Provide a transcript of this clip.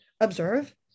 observe